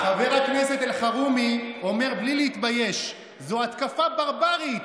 חבר הכנסת אלחרומי אומר בלי להתבייש: זו התקפה ברברית,